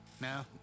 No